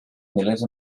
milers